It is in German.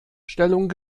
stellung